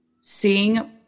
seeing